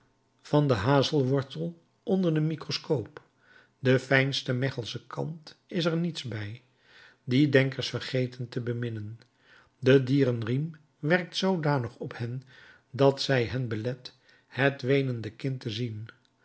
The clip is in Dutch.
van den hazelwortel onder de microscoop de fijnste mechelsche kant is er niets bij die denkers vergeten te beminnen de dierenriem werkt zoodanig op hen dat zij hen belet het weenende kind te zien